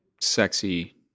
sexy